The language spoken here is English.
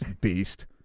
beast